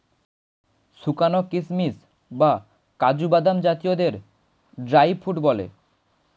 শুকানো কিশমিশ বা কাজু বাদাম জাতীয়দের ড্রাই ফ্রুট বলে